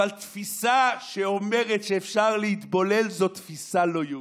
אבל תפיסה שאומרת שאפשר להתבולל זו תפיסה לא יהודית.